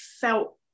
felt